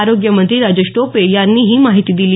आरोग्यमंत्री राजेश टोपे यांनी ही माहिती दिली